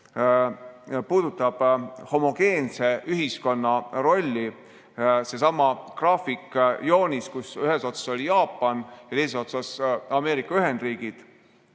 puudutab homogeense ühiskonna rolli. See oli seesama graafik, joonis, mille ühes otsas oli Jaapan ja teises otsas Ameerika Ühendriigid.